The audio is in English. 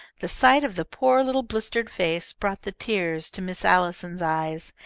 the sight of the poor little blistered face brought the tears to miss allison's eyes,